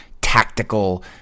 tactical